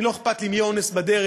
לא אכפת לי אם יהיה אונס בדרך,